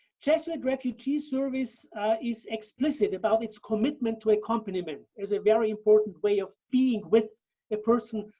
jesuit refugee service is explicit about its commitment to accompaniment as a very important way of being with a person,